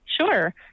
Sure